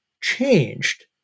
changed